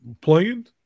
Playing